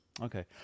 Okay